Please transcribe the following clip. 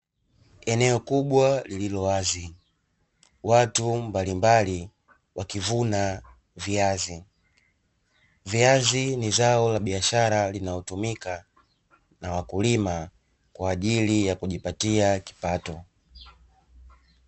Eneo kubwa lililo wazi watu mbalimbali wakivuna viazi, viazi ni zao la biashara linalotumika na wakulima kwa ajili ya kujipatia kipato.